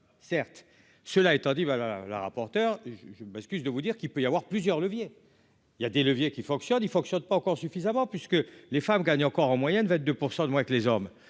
certes, cela étant dit, voilà la rapporteure je bascule de vous dire qu'il peut y avoir plusieurs leviers, il y a des leviers qui fonctionne, il fonctionne pas encore suffisamment puisque les femmes gagnent encore en moyenne 22 % de moins que les hommes